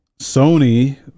Sony